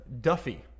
duffy